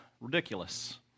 ridiculous